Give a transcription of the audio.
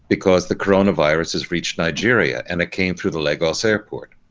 because the coronavirus has reached nigeria and it came through the lagos airport,